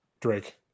Drake